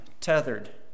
tethered